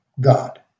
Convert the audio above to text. God